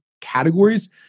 categories